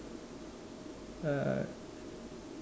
err